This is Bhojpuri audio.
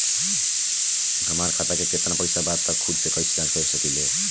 हमार खाता में केतना पइसा बा त खुद से कइसे जाँच कर सकी ले?